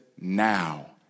now